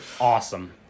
awesome